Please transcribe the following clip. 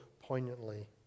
poignantly